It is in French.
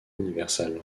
universal